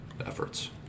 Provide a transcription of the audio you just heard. efforts